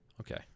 Okay